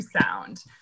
sound